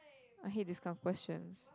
I hate this kind of questions